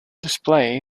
display